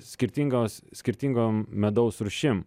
skirtingos skirtingom medaus rūšim